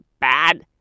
bad